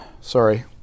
sorry